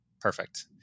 perfect